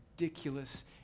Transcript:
ridiculous